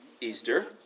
Easter